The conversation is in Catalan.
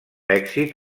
èxit